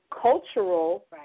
cultural